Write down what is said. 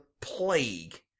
plague